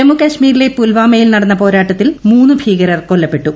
ജമ്മുകാശ്മീരിലെ പുൽവാമയിൽ നടന്ന പോരാട്ടത്തിൽ മൂന്ന് ഭീകരർ കൊല്ലപ്പെട്ടു